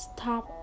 Stop